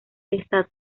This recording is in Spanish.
está